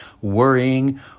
worrying